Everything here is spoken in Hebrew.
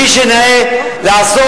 כפי שנאה לעשות,